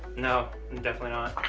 no, definitely not.